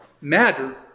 matter